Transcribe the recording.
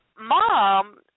mom